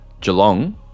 Geelong